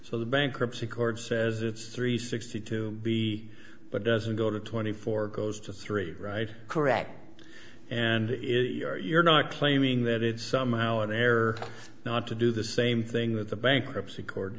so the bankruptcy court says it's three sixty two b but doesn't go to twenty four goes to three right correct and if you're not claiming that it's somehow an error not to do the same thing with the bankruptcy court